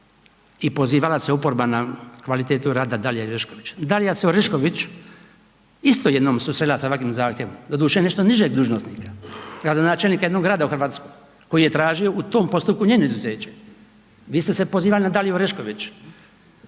i pozivala se oporba na kvalitetu rada Dalije Orešković. Dalija se Orešković isto jednom susrela sa ovakvim zahtjevom, doduše nešto nižeg dužnosnika, gradonačelnika jednog grada u Hrvatskoj koji je tražio u tom postupku njeno izuzeće. Vi ste se pozivali na Daliju Orešković.